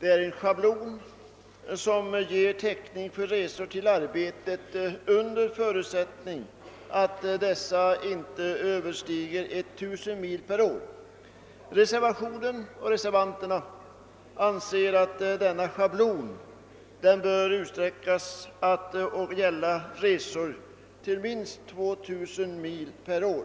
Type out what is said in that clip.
är schablonbestämmelser som ger täckning för resor till arbetet under förutsättning att dessa inte överstiger 1000 mil per år. Reservanterna anser att denna schablon bör utsträckas att gälla resor upp till minst 2 000 mil per år.